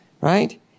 right